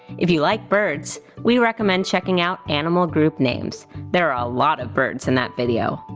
if you like birds, we recommend checking out animal group names there are a lot of birds in that video.